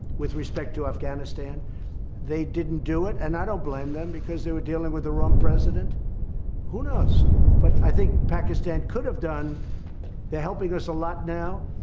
with respect to afghanistan they didn't do it and i don't blame them because they were dealing with the wrong president who knows but i think pakistan could have done they're helping us a lot now.